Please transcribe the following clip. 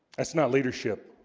that's not leadership